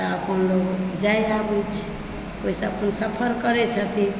तऽ अपन लोक जे आबै छै ओहिसँ अपन सफर करै छथिन